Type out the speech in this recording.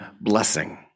blessing